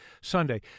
Sunday